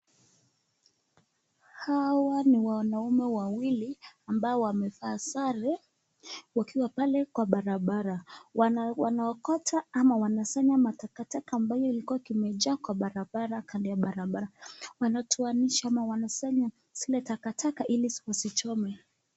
Hawa ni wanaume wawili ambao wamevaa sare wakiwa pale Kwa barabara wanaokota ama wanasanya matakataka ambayo ilikuwa kimejaa Kwa barabara kando ya barabara wanatuanisha ama wanasanya zile takataka hili ziwazichome.